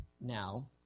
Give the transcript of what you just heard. now